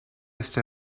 este